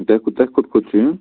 تۄہہِ تۄہہِ کوٚت کوٚت چھُ یُن